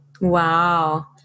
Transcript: Wow